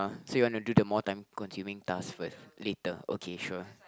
say you want to do the more time consuming tasks than later okay sure